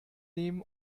nehmen